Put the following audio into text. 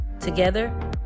Together